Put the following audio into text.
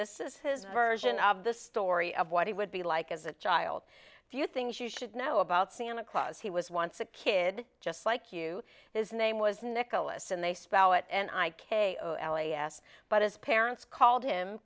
this is his version of the story of what he would be like as a child do you things you should know about santa claus he was once a kid just like you his name was nicholas and they spell it and i k o l e s but his parents called him